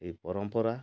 ଏହି ପରମ୍ପରା